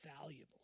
valuable